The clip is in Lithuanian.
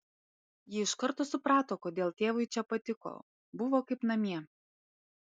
ji iš karto suprato kodėl tėvui čia patiko buvo kaip namie